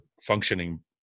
functioning